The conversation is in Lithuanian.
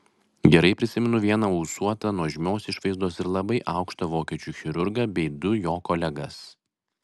gerai prisimenu vieną ūsuotą nuožmios išvaizdos ir labai aukštą vokiečių chirurgą bei du jo kolegas